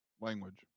language